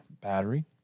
battery